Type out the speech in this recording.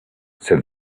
said